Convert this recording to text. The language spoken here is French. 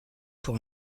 pour